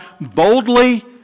boldly